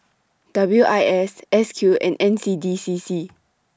W I S S Q and N C D C C